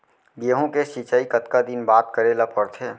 गेहूँ के सिंचाई कतका दिन बाद करे ला पड़थे?